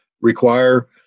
require